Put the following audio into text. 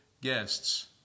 guests